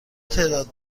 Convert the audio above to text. تعداد